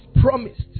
promised